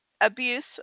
abuse